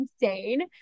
insane